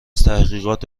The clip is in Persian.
تحقیقات